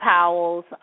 Powell's